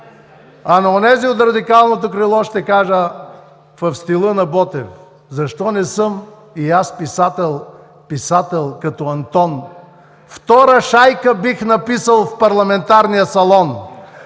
А на онези от радикалното крило ще кажа в стила на Ботев: „Защо не съм и аз писател, писател като Антон, втора „Шайка“ бих написал в парламентарния салон.“